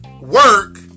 Work